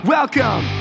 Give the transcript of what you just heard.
Welcome